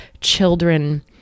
children